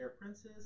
princes